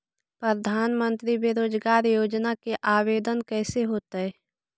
प्रधानमंत्री बेरोजगार योजना के आवेदन कैसे होतै?